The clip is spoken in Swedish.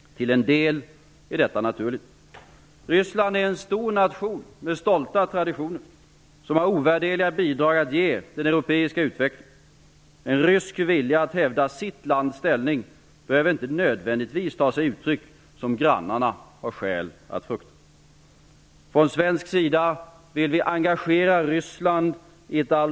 Till en del är detta en naturlig väg. Ryssland är en stor nation med stolta traditioner som har ovärderliga bidrag att ge den europeiska utvecklingen. En rysk vilja att hävda sitt lands ställning behöver inte nödvändigtvis ta sig uttryck som grannarna har skäl att frukta. Från svensk sida vill vi engagera Ryssland i ett samarbete som ger landet en fullvärdig roll i det nya Europa.